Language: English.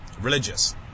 religious